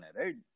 right